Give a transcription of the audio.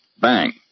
Bang